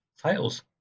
titles